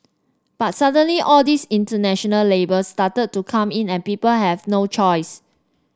but suddenly all these international labels started to come in and people have no choice